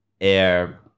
air